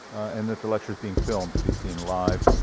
and that the lecture's being filmed to be seen live,